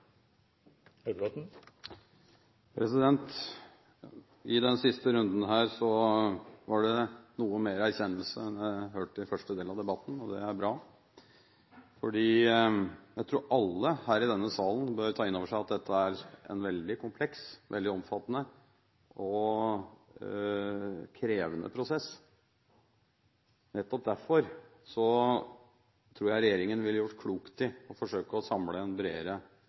bra. I den siste runden her var det noe mer erkjennelse enn det jeg hørte i første del av debatten. Det er bra. Jeg tror alle her i denne salen bør ta inn over seg at dette er en veldig kompleks, veldig omfattende og krevende prosess. Nettopp derfor tror jeg regjeringen ville gjort klokt i å forsøke å samle en bredere støtte til den